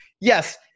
yes